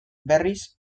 berriz